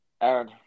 Aaron